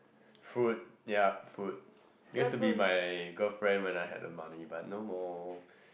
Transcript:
food ya food used to be my girlfriend when I have the money but no more